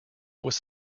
was